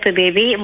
baby